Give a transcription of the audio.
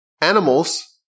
animals